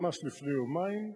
ממש לפני יומיים.